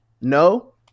No